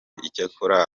icyakora